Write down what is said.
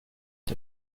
the